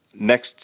next